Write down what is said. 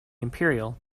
imperial